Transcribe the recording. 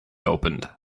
opened